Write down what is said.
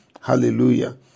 Hallelujah